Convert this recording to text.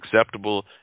acceptable